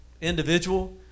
individual